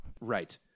Right